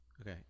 Okay